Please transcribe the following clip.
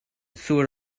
sur